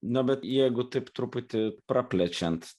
na bet jeigu taip truputį praplečiant